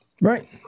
Right